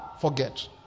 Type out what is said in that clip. forget